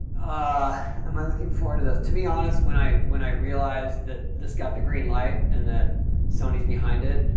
ah am i looking forward to this to be honest when i when i realized that this got the green light and that sony's behind it.